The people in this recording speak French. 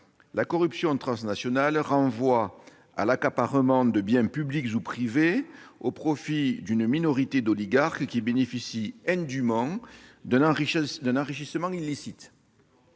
La corruption transnationale renvoie à l'accaparement de biens publics ou privés au profit d'une minorité d'oligarques, qui bénéficient indûment d'un enrichissement illicite.